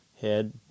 head